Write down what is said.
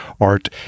art